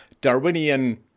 Darwinian